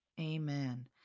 Amen